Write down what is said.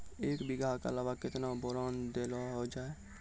एक बीघा के अलावा केतना बोरान देलो हो जाए?